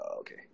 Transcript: okay